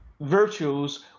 virtues